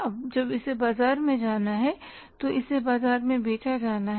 अब जब इसे बाजार में जाना है तो इसे बाजार में बेचा जाना है